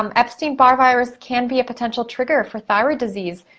um epstein-barr virus can be a potential trigger for thyroid disease.